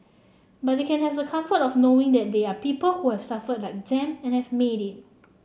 but they can have the comfort of knowing that there are people who suffered like them and have made it